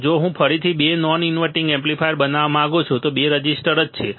અને જો હું ફરીથી બે નોન ઇન્વર્ટીંગ એમ્પ્લીફાયર બનાવવા માંગુ છું તો બે રેઝિસ્ટર જ છે